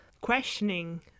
questioning